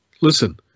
listen